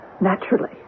Naturally